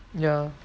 ya